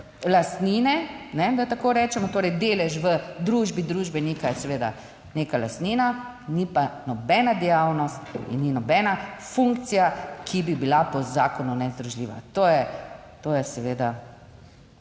lastnine, da tako rečem, torej, delež v družbi družbenika je seveda neka lastnina, ni pa nobena dejavnost in ni nobena funkcija, ki bi bila po zakonu nezdružljiva. To je seveda